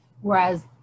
Whereas